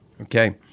Okay